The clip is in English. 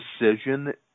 decision